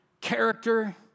character